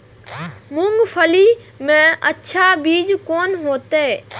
मूंगफली के अच्छा बीज कोन होते?